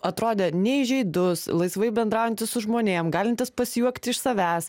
atrodė neįžeidus laisvai bendraujantis su žmonėm galintis pasijuokti iš savęs